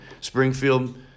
Springfield